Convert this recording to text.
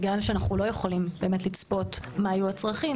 בגלל שאנחנו לא יכולים באמת לצפות מה יהיו הצרכים,